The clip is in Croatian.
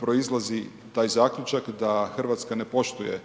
proizlazi taj zaključak da Hrvatska ne poštuje